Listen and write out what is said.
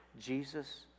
Jesus